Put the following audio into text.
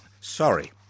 sorry